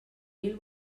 mil